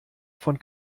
von